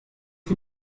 die